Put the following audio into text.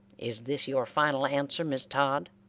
is this your final answer, miss todd?